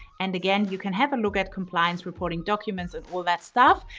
and again, you can have a look at compliance, reporting documents and all that stuff,